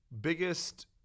Biggest